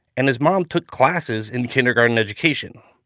and his mom took classes in kindergarten education.